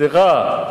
סליחה.